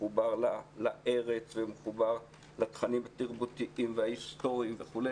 מחובר לארץ ומחובר לתכנים התרבותיים וההיסטוריים וכו',